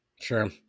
sure